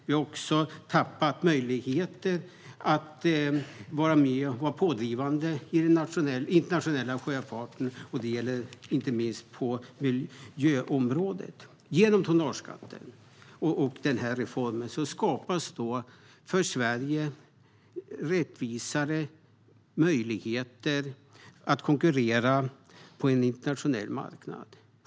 Vi har också tappat möjligheter att vara pådrivande i den internationella sjöfarten. Det gäller inte minst på miljöområdet. Genom tonnageskattereformen skapas nu rättvisare möjligheter för Sverige att konkurrera på en internationell marknad.